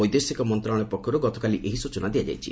ବୈଦେଶିକ ମନ୍ତ୍ରଣାଳୟ ପକ୍ଷରୁ ଗତକାଲି ଏହି ସୂଚନା ଦିଆଯାଇଛି